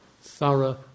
thorough